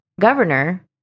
governor